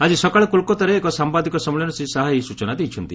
ଆଜି ସକାଳେ କୋଲ୍କାତାରେ ଏକ ସାମ୍ଭାଦିକ ସମ୍ମିଳନୀରେ ଶ୍ରୀ ଶାହା ଏହି ସ୍ବଚନା ଦେଇଛନ୍ତି